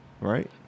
right